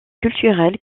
culturel